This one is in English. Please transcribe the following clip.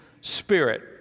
spirit